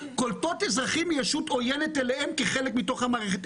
קולטות אזרחים מישות עוינת אליהן כחלק מתוך המערכת?